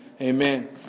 amen